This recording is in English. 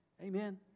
Amen